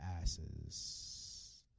asses